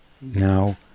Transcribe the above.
now